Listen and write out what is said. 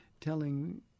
telling